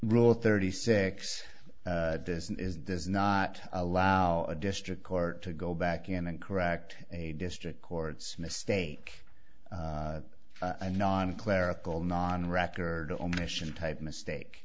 rule thirty six this is does not allow a district court to go back in and correct a district court's mistake a non clerical non record omission type mistake